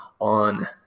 on